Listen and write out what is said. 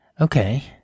Okay